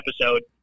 episode